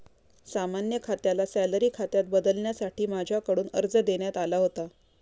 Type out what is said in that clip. सामान्य खात्याला सॅलरी खात्यात बदलण्यासाठी माझ्याकडून अर्ज देण्यात आला होता